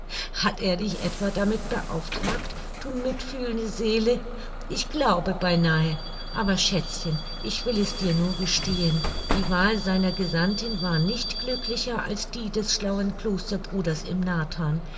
hat er dich etwa damit beauftragt du mitfühlende seele ich glaube beinahe aber schätzchen ich will es dir nur gestehen die wahl seiner gesandtin war nicht viel glücklicher als die des schlauen klosterbruders im nathan